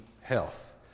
health